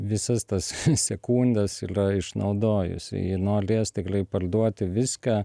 visas tas sekundes ylia išnaudojusi nolės tikliai parduoti viską